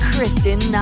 Kristen